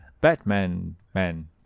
Batman-Man